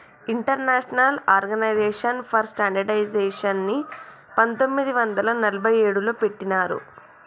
international organization for స్టాండర్డయిజేషన్ని పంతొమ్మిది వందల నలభై ఏడులో పెట్టినరు